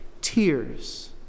tears